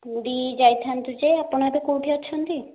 ପୁରୀ ଯାଇଥାନ୍ତୁ ଯେ ଆପଣ ଏବେ କେଉଁଠି ଅଛନ୍ତି